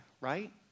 right